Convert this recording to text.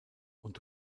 und